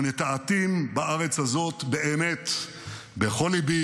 "ונטעתים בארץ הזאת באמת בכל לִבי